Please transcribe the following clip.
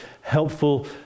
helpful